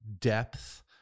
depth